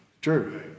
true